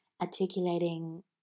articulating